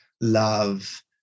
love